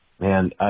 Man